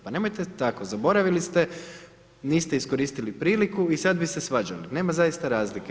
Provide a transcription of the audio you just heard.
Pa nemojte tako, zaboravili ste, niste iskoristili priliku i sada bi se svađali, nema zaista razlike.